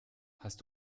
hast